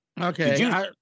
Okay